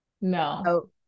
No